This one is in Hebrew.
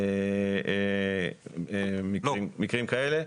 מקרים כאלה.